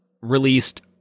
released